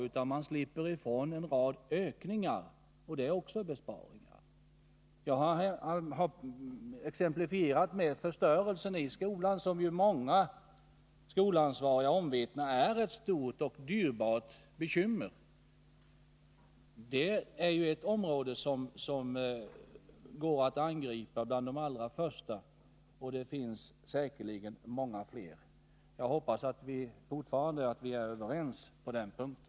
Däremot kan man kanske slippa ifrån en rad ökningar, och det är också besparingar. Jag har exemplifierat med förstörelsen i skolan, som många skolansvariga omvittnar är ett stort och dyrbart bekymmer. Detta är ju ett område som man lätt kan börja med att angripa, och det finns säkerligen många fler. Jag hoppas att vi fortfarande är överens på den punkten.